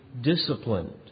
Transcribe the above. disciplined